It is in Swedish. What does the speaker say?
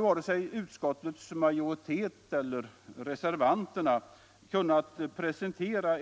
Varken utskottets majoritet eller reservanterna har kunnat presentera